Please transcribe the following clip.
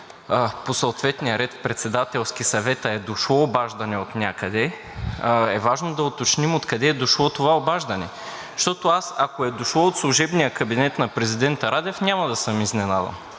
по съответния ред в Председателския съвет, а е дошло обаждане отнякъде, е важно да уточним откъде е дошло това обаждане. Защото аз, ако е дошло от служебния кабинет на президента Радев, няма да съм изненадан.